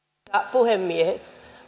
puhemies